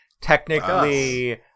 Technically